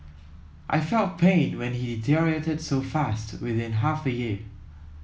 I felt pain when he deteriorated so fast within half a year